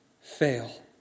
fail